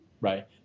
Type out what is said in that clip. right